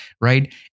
right